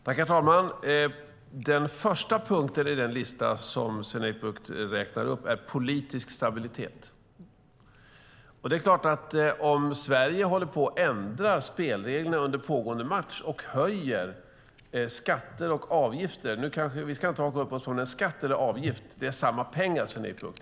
Herr talman! Den första punkten i den lista som Sven-Erik Bucht räknar upp är politisk stabilitet. Om Sverige håller på och ändrar spelreglerna under pågående match och höjer skatter och avgifter är det inte stabilt. Vi ska inte haka upp oss på om det är en skatt eller en avgift. Det är samma pengar, Sven-Erik Bucht.